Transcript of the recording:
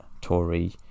Tory